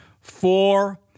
Four